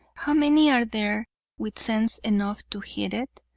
how many are there with sense enough to heed it?